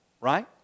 right